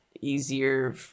easier